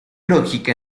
lógica